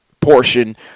portion